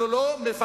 אנחנו לא מפחדים,